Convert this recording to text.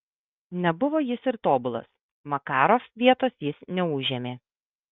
nebuvo jis ir tobulas makarov vietos jis neužėmė